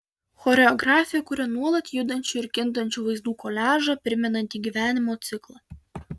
choreografė kuria nuolat judančių ir kintančių vaizdų koliažą primenantį gyvenimo ciklą